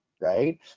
right